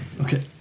okay